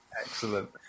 excellent